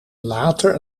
later